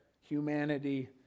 humanity